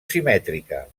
simètrica